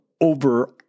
over